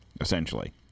essentially